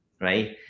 Right